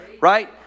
Right